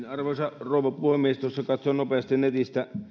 arvoisa rouva puhemies tuossa katsoin nopeasti netistä